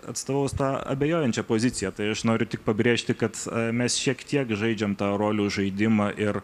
atstovaus tą abejojančią poziciją tai aš noriu tik pabrėžti kad mes šiek tiek žaidžiam tą rolių žaidimą ir